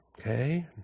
Okay